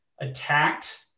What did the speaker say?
attacked